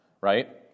Right